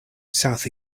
south